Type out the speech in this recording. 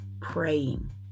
praying